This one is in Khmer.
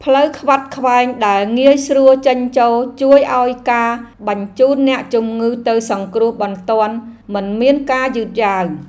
ផ្លូវខ្វាត់ខ្វែងដែលងាយស្រួលចេញចូលជួយឱ្យការបញ្ជូនអ្នកជំងឺទៅសង្គ្រោះបន្ទាន់មិនមានការយឺតយ៉ាវ។